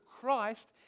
Christ